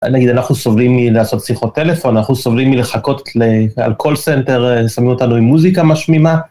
נגיד אנחנו סובלים מלעשות שיחות טלפון, אנחנו סובלים מלחכות לאלקול סנטר, שמים אותנו עם מוזיקה משמימה.